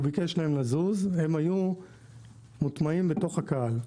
הוא ביקש מהם לזוז, הם היו מוטמעים בתוך הקהל.